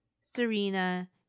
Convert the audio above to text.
Serena